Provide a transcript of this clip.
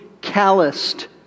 calloused